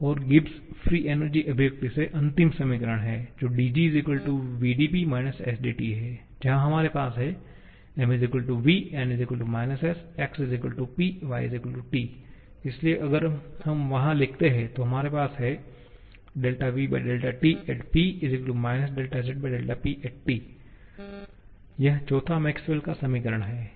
और गिब्स मुक्त ऊर्जा अभिव्यक्ति से अंतिम समीकरण है dg vdP − sdT जहा हमारे पास है 𝑀 ≡ v 𝑁 ≡ s 𝑥 ≡ P 𝑦 ≡ T इसलिए अगर हम वहां लिखते हैं तो हमारे पास यहां है vTP sPT तो यह चौथा मैक्सवेल का समीकरण Maxwells equation है